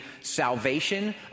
salvation